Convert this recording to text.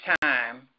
time